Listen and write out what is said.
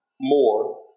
more